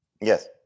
Yes